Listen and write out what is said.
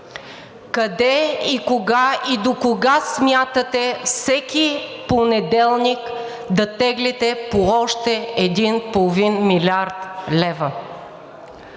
Къде, кога и докога смятате всеки понеделник да теглите по още един половин милиард лева?